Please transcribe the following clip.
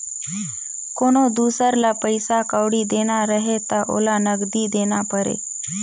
कोनो दुसर ल पइसा कउड़ी देना रहें त ओला नगदी देना परे